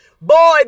Boy